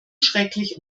schrecklich